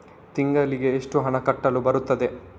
ತಿಂಗಳಿಗೆ ಎಷ್ಟು ಹಣ ಕಟ್ಟಲು ಬರುತ್ತದೆ?